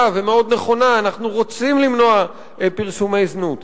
ומאוד נכונה: אנחנו רוצים למנוע פרסומי זנות,